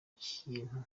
kintu